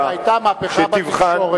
שתבחן,